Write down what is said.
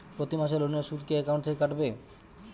প্রতি মাসে লোনের সুদ কি একাউন্ট থেকে কাটবে?